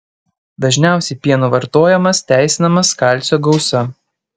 dažniausiai pieno vartojamas teisinamas kalcio gausa